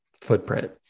footprint